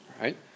right